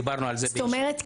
דיברנו על זה --- זאת אומרת,